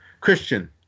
Christian